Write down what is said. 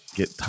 get